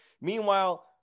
Meanwhile